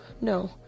No